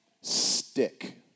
stick